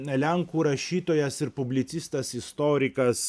lenkų rašytojas ir publicistas istorikas